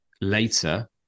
later